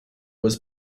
was